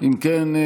אם כן,